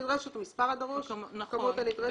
"ובמספר הדרוש" או "בכמות הנדרשת"?